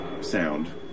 sound